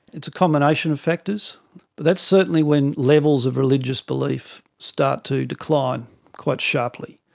it's a combination of factors, but that's certainly when levels of religious belief start to decline quite sharply.